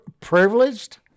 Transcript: privileged